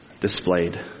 displayed